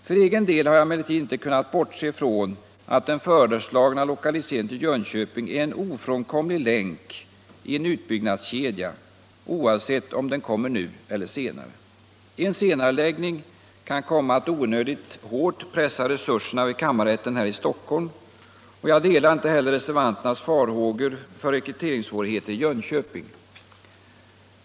För egen del har jag emellertid inte kunnat bortse från att den föreslagna lokaliseringen till Jönköping är en ofrånkomlig länk i utbyggnadskedjan, oavsett om den kommer nu eller senare. En senareläggning kan komma att onödigt hårt pressa resurserna vid kammarrätten i Stockholm. Jag delar inte heller reservanternas farhågor för rekryteringssvårigheter i Jönköping.